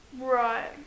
Right